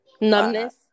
numbness